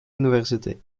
university